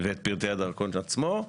ואת פרטי הדרכון עצמו,